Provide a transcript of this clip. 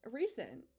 recent